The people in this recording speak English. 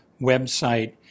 website